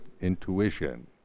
intuition